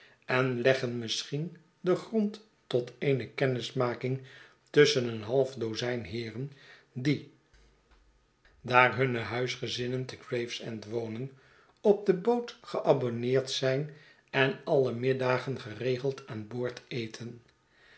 en leggen misschien den grond tot eene kennismaking tusschen een half dozijn heeren die daar hunne huisgezinnen te gravesend won en op de boot geabonneerd zijn en alle middagen geregeld aan boord eten